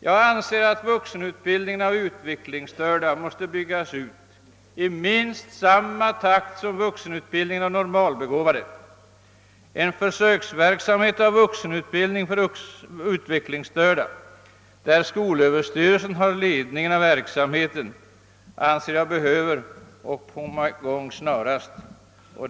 Jag anser att vuxenutbildningen för utvecklingsstörda måste byggas ut i minst samma takt som vuxenutbildningen för normalbegåvade. bildning för utvecklingsstörda, där skolöverstyrelsen har ledningen av verksamheten, anser jag behöva komma i gång snarast.